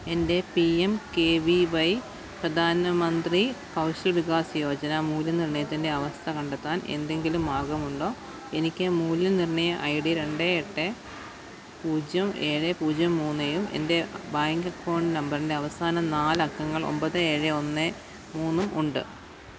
എന്റെ P M K V Y Pradhan Mantri Kaushal Vikas Yojana മൂല്യനിർണ്ണയത്തിന്റെ അവസ്ഥ കണ്ടെത്താൻ എന്തെങ്കിലും മാർഗ്ഗമുണ്ടോ എനിക്ക് മൂല്യനിർണ്ണയ ഐ ഡി രണ്ട് എട്ട് പൂജ്യം ഏഴ് പൂജ്യം മൂന്നേയും എന്റെ ബാങ്ക് അക്കൌണ്ട് നമ്പറിന്റെ അവസാന നാലക്കങ്ങൾ ഒമ്പത് ഏഴ് ഒന്ന് മൂന്നും ഉണ്ട്